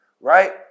right